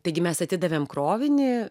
taigi mes atidavėm krovinį